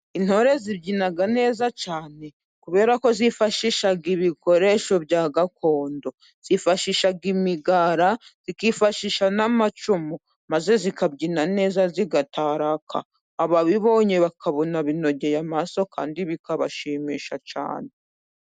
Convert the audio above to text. Intore zibyina neza cyane kubera ko zifashisha ibikoresho bya gakondo ,zifashisha imigara, zikifashisha n'amacumu maze zikabyina neza, zigataraka ,ababibonye bakabona binogeye amaso kandi bikabashimisha cyane.